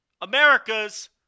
America's